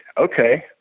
okay